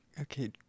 Okay